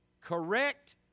Correct